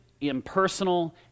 impersonal